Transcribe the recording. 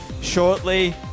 shortly